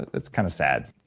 it's kind of sad